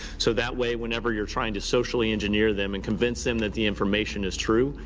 so that way whenever you're trying to socially engineer them and convince them that the information is true,